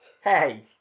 Hey